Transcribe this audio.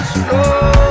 slow